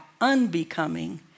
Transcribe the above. unbecoming